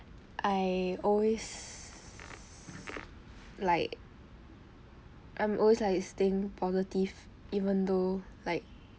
I always like I'm always like staying positive even though like